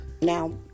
Now